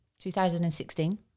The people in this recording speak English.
2016